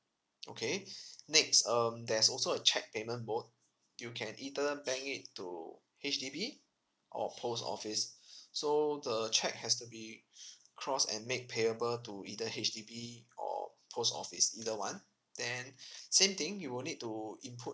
okay next um there's also a cheque payment mode you can either bank it to H_D_B or post office so the cheque has to be crossed and made payable to either H_D_B or post office either one then same thing you will need to input